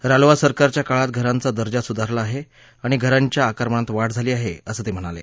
रालोआ सरकारच्या काळात घरांचा दर्जा सुधारला आहे आणि घरांच्या आकारमानात वाढ झाली आहे असं ते म्हणाले